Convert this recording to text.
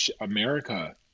America